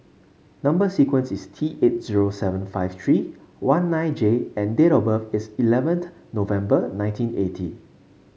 number sequence is T eight zero seven five three one nine J and date of birth is eleventh November nineteen eighty